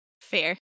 Fair